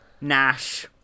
Nash